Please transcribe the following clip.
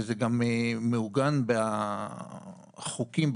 וזה גם מעוגן בחוקים,